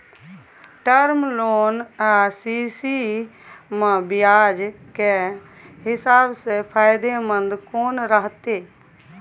Term loan आ CC म ब्याज के हिसाब से फायदेमंद कोन रहते?